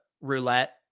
roulette